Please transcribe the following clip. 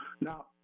Now